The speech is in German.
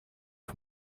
auf